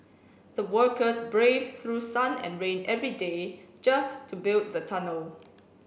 the workers braved through sun and rain every day just to build the tunnel